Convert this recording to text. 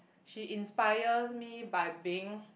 she inspires me by being